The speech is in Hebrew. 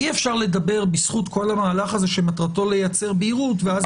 אי אפשר לדבר בזכות כל המהלך הזה שמטרתו לייצר בהירות ואז